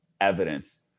evidence